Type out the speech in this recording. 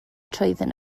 trwyddyn